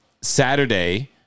Saturday